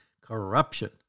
corruption